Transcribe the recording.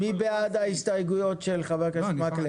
מי בעד שתי ההסתייגויות של חבר הכנסת אורי מקלב?